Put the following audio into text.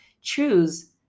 choose